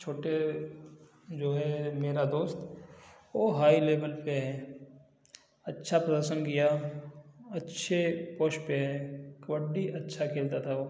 छोटे जो है मेरा दोस्त ओ हाई लेबल पे है अच्छा प्रसन्न किया अच्छे पोस्ट पे है कबड्डी अच्छा खेलता था वो